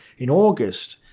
in august